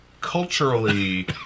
culturally